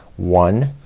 one,